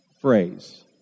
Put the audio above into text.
phrase